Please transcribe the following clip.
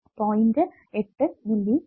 point 8 മിലിA